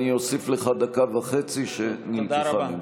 אני אוסיף לך דקה וחצי שנלקחה ממך.